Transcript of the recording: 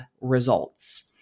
results